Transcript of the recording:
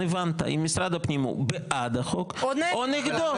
הבנת אם משרד הפנים הוא בעד החוק או נגדו.